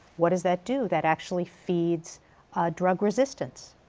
what does that do. that actually feeds drug resistance.